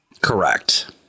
Correct